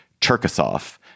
Cherkasov